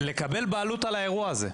לקבל בעלות על האירוע הזה.